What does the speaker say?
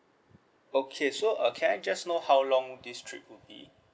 okay so uh can I just know how long this trip will be